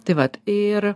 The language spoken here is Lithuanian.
tai vat ir